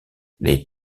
les